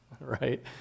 right